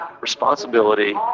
responsibility